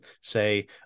say